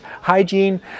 hygiene